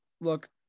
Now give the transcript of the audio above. look